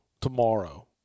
tomorrow